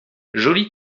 joli